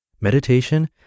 Meditation